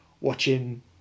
watching